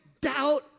doubt